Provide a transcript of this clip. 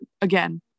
again